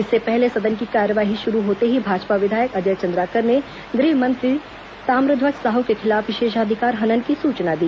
इससे पहले सदन की कार्यवाही शुरू होते ही भाजपा विधायक अजय चंद्राकर ने गृह मंत्री ताम्रध्वज साहू के खिलाफ विशेषाधिकार हनन की सूचना दी